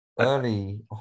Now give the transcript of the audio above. early